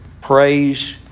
Praise